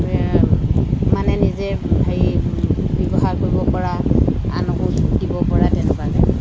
মানে নিজে সেই ব্যৱহাৰ কৰিব পৰা আনকো বৈ দিব পৰা তেনেকুৱাকৈ